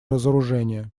разоружение